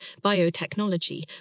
biotechnology